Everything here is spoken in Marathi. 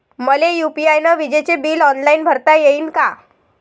मले यू.पी.आय न विजेचे बिल ऑनलाईन भरता येईन का?